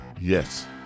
Yes